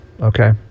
Okay